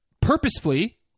purposefully